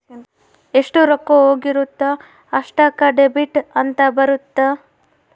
ಎಷ್ಟ ರೊಕ್ಕ ಹೋಗಿರುತ್ತ ಅಷ್ಟೂಕ ಡೆಬಿಟ್ ಅಂತ ಬರುತ್ತ